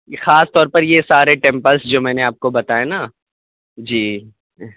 یہ خاص طور پر یہ سارے ٹیمپلس جو میں نے آپ کو بتائے نا جی